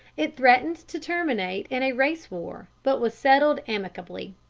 it threatened to terminate in a race war, but was settled amicably.